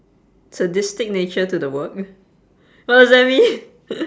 sadistic nature to the work what does that mean